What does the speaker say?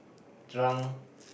drunk